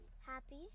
Happy